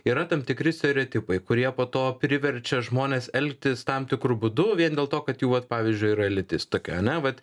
yra tam tikri stereotipai kurie po to priverčia žmones elgtis tam tikru būdu vien dėl to kad jų pavyzdžiui yra lytis tokia ane vat